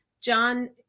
john